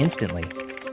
instantly